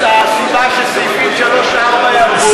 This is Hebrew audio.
הסיבה שסעיפים 3 ו-4 ירדו?